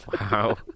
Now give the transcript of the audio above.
wow